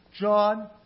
John